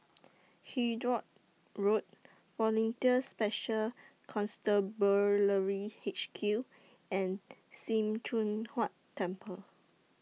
He Driot Road Volunteer Special Constabulary H Q and SIM Choon Huat Temple